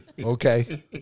Okay